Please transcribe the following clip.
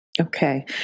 Okay